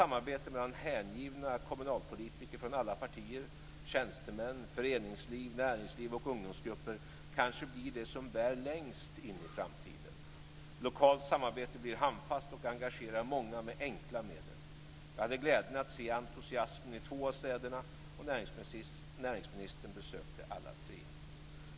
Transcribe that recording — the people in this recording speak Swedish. Samarbetet mellan hängivna kommunalpolitiker från alla partier, tjänstemän, föreningsliv, näringsliv, ungdomsgrupper, kanske blir det som bär längst in i framtiden. Lokalt samarbete blir handfast och engagerar många med enkla medel. Jag hade glädjen att se entusiasmen i två av städerna, och näringsministern besökte alla tre.